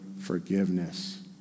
forgiveness